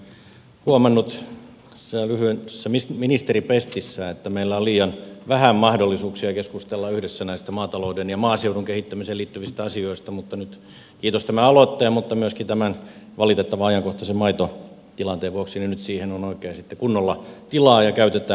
minä olen huomannut tässä lyhyessä ministeripestissä että meillä on liian vähän mahdollisuuksia keskustella yhdessä näistä maatalouden ja maaseudun kehittämiseen liittyvistä asioista mutta nyt kiitos tämän aloitteen mutta myöskin tämän valitettavan ajankohtaisen maitotilanteen vuoksi siihen on oikein sitten kunnolla tilaa ja käytetään se